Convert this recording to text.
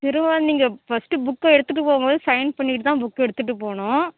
நீங்கள் ஃபஸ்ட்டு புக்கை எடுத்துட்டு போகும்போது சைன் பண்ணிவிட்டுதான் புக் எடுத்துட்டு போகணும்